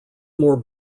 more